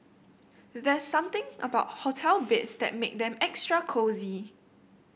there's something about hotel beds that make them extra cosy